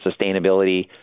sustainability